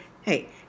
hey